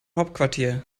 hauptquartier